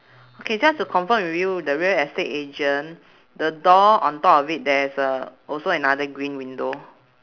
okay just to confirm with you the real estate agent the door on top of it there is a also another green window